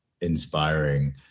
inspiring